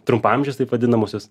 trumpaamžės taip vadinamosios